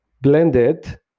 blended